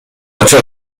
قاچاق